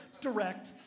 Direct